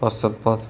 পশ্চাৎপদ